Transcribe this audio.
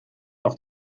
auch